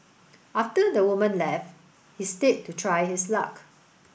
after the woman left he stayed to try his luck